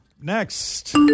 next